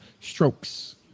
Strokes